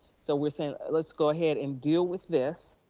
so we're saying, let's go ahead and deal with this.